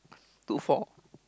two four